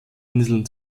inseln